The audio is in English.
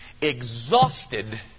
exhausted